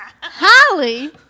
Holly